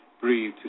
breathe